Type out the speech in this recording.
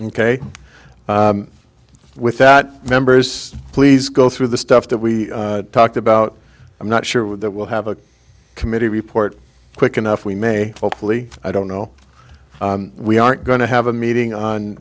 ok with that members please go through the stuff that we talked about i'm not sure with that we'll have a committee report quick enough we may hopefully i don't know we aren't going to have a meeting on